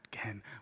again